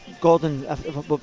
Gordon